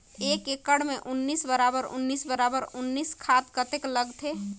एक एकड़ मे उन्नीस बराबर उन्नीस बराबर उन्नीस खाद कतेक लगथे?